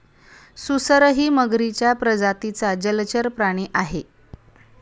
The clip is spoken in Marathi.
सुसरही मगरीच्या प्रजातीचा जलचर प्राणी आहे